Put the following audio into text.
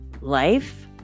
life